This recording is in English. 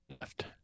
left